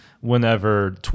whenever